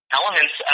elements